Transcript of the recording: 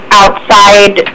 outside